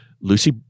Lucy